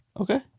Okay